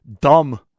dumb